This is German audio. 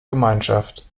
gemeinschaft